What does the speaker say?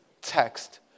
text